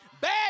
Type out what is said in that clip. Bad